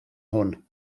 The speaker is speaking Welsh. hwn